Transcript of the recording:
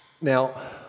Now